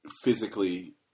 physically